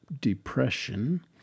depression